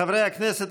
חברי הכנסת,